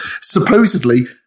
supposedly